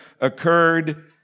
occurred